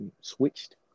switched